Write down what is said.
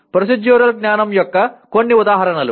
procedural జ్ఞానం యొక్క కొన్ని ఉదాహరణలు